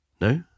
No